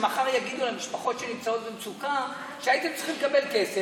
שמחר יגידו למשפחות שנמצאות במצוקה: הייתם צריכים לקבל כסף,